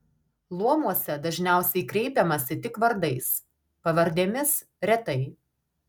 luomuose dažniausiai kreipiamasi tik vardais pavardėmis retai